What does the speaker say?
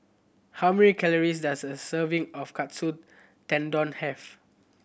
how many calories does a serving of Katsu Tendon have